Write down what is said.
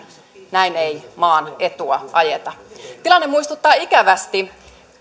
näin ei maan etua ajeta tilanne muistuttaa ikävästi